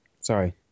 Sorry